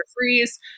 freeze